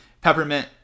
peppermint